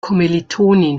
kommilitonin